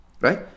right